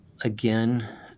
again